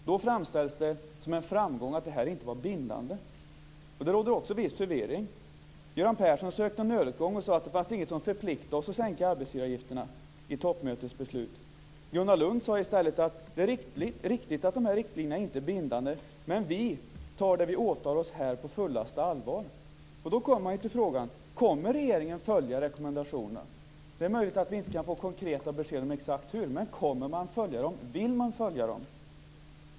Då framställs det som en framgång att det här inte var bindande. Det råder också viss förvirring. Göran Persson sökte en nödutgång och sade att det inte fanns något i toppmötets beslut som förpliktade oss att sänka arbetsgivaravgifterna. Gunnar Lund sade i stället att det är riktigt att riktlinjerna inte är bindande men att vi tar det vi åtar oss här på fullaste allvar. Då blir frågan: Kommer regeringen att följa rekommendationerna? Det är möjligt att vi inte kan få konkreta besked om exakt hur, men kommer man att följa dem? Vill man följa dem?